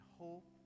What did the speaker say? hope